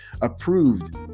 Approved